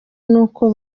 n’uko